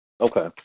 Okay